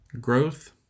Growth